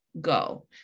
go